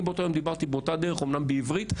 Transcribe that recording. אני באותו יום דיברתי באותה דרך אמנם בעברית,